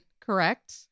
Correct